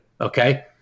Okay